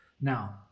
Now